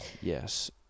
Yes